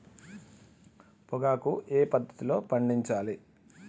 పొగాకు ఏ పద్ధతిలో పండించాలి?